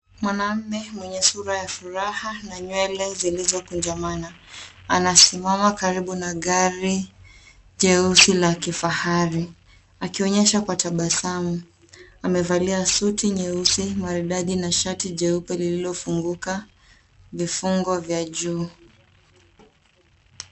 Mwanaume mwenye sura ya furaha na nywele zilizokunjamana anasimama karibu na gari jeusi la kifahari akionyesha kwa tabasamu. Amevalia suti nyeusi maridadi na shati jeupe lililofunguka vifungo vya juu.